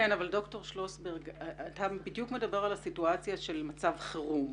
אתה בדיוק מדבר על הסיטואציה של מצב חירום